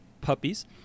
puppies